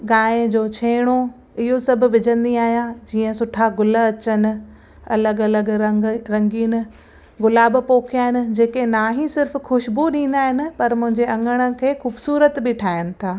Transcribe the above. गांहि जो छेणो इहो सभु विझंदी आहियां जीअं सुठा गुल अचनि अलॻि अलॻि रंग रंगीन गुलाब पोखिया आहिनि जेके न ई सिर्फु ख़ुशबूइ ॾींदा आहिनि पर मुंहिंजे अंगण खे ख़ूबसूरत बि ठाहिनि था